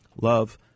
love